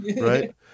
right